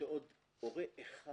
שעוד הורה אחד